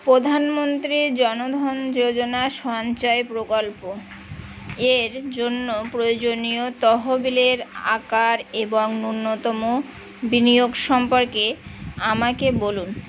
প্রধানমন্ত্রী জন ধন যোজনা সঞ্চয় প্রকল্প এর জন্য প্রয়োজনীয় তহবিলের আকার এবং ন্যূনতম বিনিয়োগ সম্পর্কে আমাকে বলুন